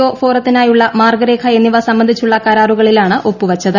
O ഫോറതിനായുള്ള മാർഗരേഖ എന്നിവ സംബന്ധിച്ചുള്ള കരാറുകളിലാണ് ഒപ്പുവെച്ചത്